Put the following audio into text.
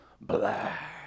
black